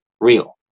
real